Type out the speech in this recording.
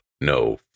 no